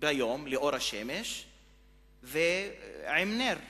ביום לאור השמש עם נר ביד.